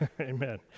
amen